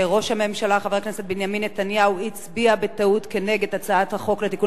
ראש הממשלה חבר הכנסת בנימין נתניהו הצביע בטעות נגד הצעת החוק לתיקון